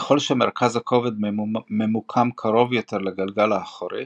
ככל שמרכז הכובד ממוקם קרוב יותר לגלגל האחורי,